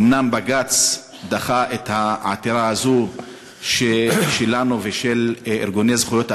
אומנם בג"ץ דחה את העתירה הזאת שלנו ושל ארגוני זכויות האדם,